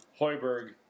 Hoiberg